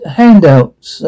handouts